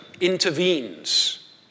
intervenes